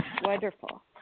Wonderful